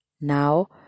now